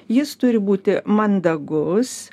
jis turi būti mandagus